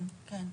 כן,